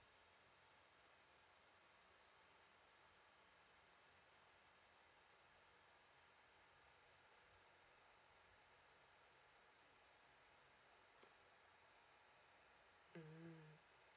mm